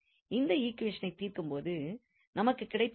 இந்த ஈக்வேஷன்ஸைத் தீர்க்கும் போது நமக்கு கிடைப்பது என்ன